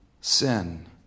sin